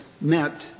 met